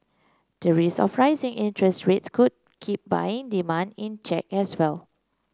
the risk of rising interest rates could keep buying demand in check as well